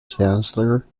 chancellor